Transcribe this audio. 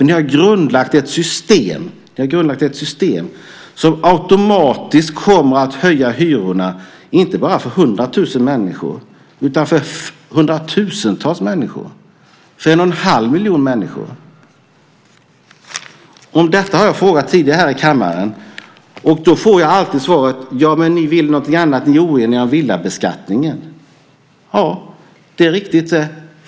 Ni har grundlagt ett system som automatiskt kommer att höja hyrorna inte bara för 100 000 människor utan för 1 1⁄2 miljon människor. Jag har frågat om detta tidigare här i kammaren. Då har jag alltid fått svaret: Ja, men ni vill någonting annat. Ni är oeniga om villabeskattningen. Ja, det är riktigt.